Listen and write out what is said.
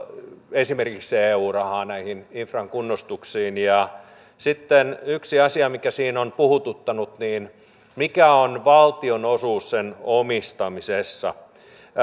esimerkiksi eu rahaa näihin infran kunnostuksiin sitten yksi asia mikä siinä on puhututtanut mikä on valtionosuus sen omistamisessa